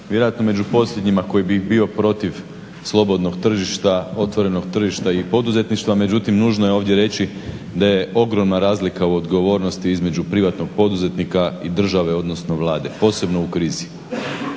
vjerojatno među posljednjima koji bih bio protiv slobodnog tržišta, otvorenog tržišta i poduzetništva, međutim nužno je ovdje reći da je ogromna razlika u odgovornosti između privatnog poduzetnika i države, odnosno Vlade posebno u krizi.